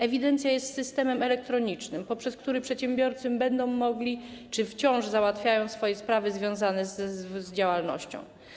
Ewidencja jest systemem elektronicznym, poprzez który przedsiębiorcy wciąż załatwiają swoje sprawy związane z działalnością.